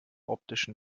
optischen